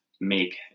make